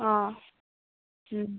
অ'